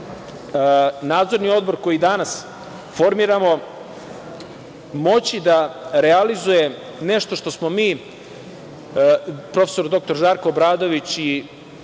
Nadzorni odbor koji danas formiramo moći da realizuje nešto što smo mi, prof. dr Žarko Obradović i